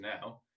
now